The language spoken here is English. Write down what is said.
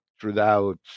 throughout